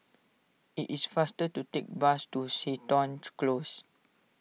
it is faster to take the bus to Seton Close